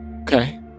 okay